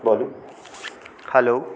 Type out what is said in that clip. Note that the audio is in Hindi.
हलो